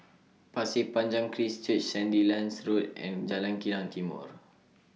Pasir Panjang Christ Church Sandilands Road and Jalan Kilang Timor